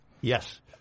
Yes